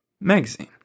magazine